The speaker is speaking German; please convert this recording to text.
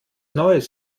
neues